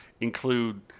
include